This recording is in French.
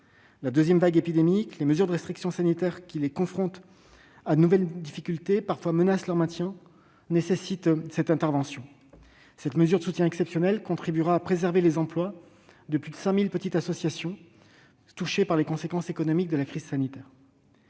La seconde vague épidémique et les mesures de restriction sanitaire qui les confrontent à de nouvelles difficultés et, parfois, menacent leur maintien nécessitent cette intervention. Cette mesure de soutien exceptionnel contribuera à préserver les emplois de plus de 5 000 petites associations touchées par les conséquences économiques de la crise sanitaire.